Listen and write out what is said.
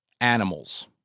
animals